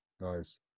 nice